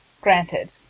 Granted